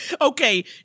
Okay